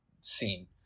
scene